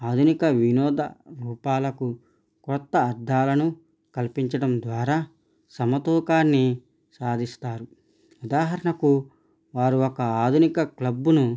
ఆధునిక వినోద రూపాలకు కొత్త అర్ధాలను కల్పించడం ద్వారా సమతూకాన్ని సాధిస్తారు ఉదాహరణకు వారు ఒక ఆధునిక క్లబ్ను